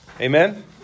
Amen